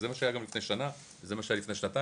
זה מה שהיה גם לפני שנה, זה מה שהיה לפני שנתיים.